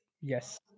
Yes